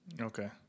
Okay